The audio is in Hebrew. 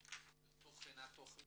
אותם בתוכן התכנית.